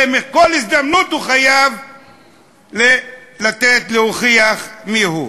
ובכל הזדמנות הוא חייב להוכיח מיהו.